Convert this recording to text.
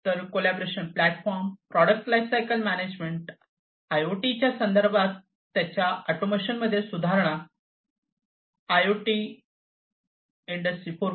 तर collaboration platform product lifecycle management आयओटीच्या संदर्भात त्याच्या ऑटोमेशन मध्ये सुधारणा आयआयओटी इंडस्ट्री 4